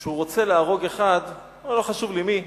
שהוא רוצה להרוג אחד, לא חשוב מי,